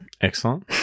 Excellent